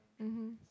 mmhmm